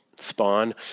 spawn